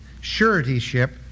suretyship